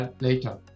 later